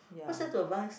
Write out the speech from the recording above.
what's there to advise